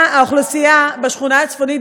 שר השיכון,